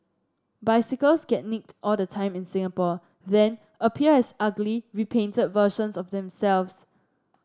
bicycles get nicked all the time in Singapore then appear as ugly repainted versions of themselves